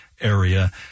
area